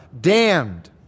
damned